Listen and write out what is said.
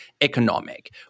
economic